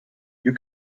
you